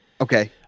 Okay